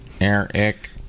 Eric